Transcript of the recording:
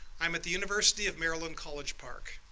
i'm at the university of maryland college park.